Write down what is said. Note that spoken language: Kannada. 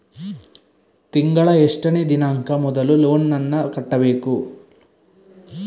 ತಿಂಗಳ ಎಷ್ಟನೇ ದಿನಾಂಕ ಮೊದಲು ಲೋನ್ ನನ್ನ ಕಟ್ಟಬೇಕು?